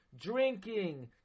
drinking